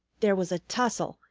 there was a tussle,